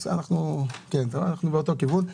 בסדר, אנחנו באותו כיוון.